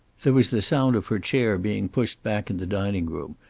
there was the sound of her chair being pushed back in the dining-room,